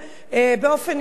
כבוד היושבת-ראש,